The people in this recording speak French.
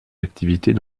activités